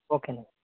okay అండి